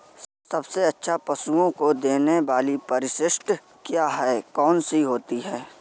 सबसे अच्छा पशुओं को देने वाली परिशिष्ट क्या है? कौन सी होती है?